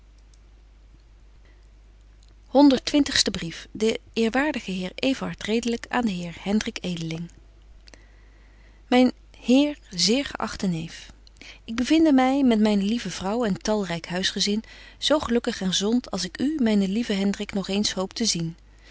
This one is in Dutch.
brief de eerwaardige heer everard redelyk aan den heer hendrik edeling myn heer zeer geachte neef ik bevinde my met myne lieve vrouw en talryk huisgezin zo gelukkig en gezont als ik u myn lieve hendrik nog eens hoop te zien